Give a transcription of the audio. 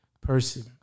person